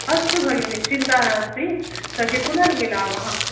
अस्तु भगिनि चिन्ता नास्ति तर्हि पुनर्मिलामः